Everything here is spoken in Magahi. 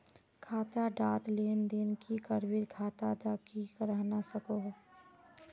खाता डात लेन देन नि करबो ते खाता दा की रहना सकोहो?